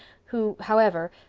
who, however,